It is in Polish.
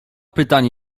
pytanie